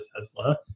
Tesla